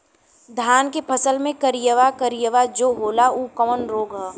धान के फसल मे करिया करिया जो होला ऊ कवन रोग ह?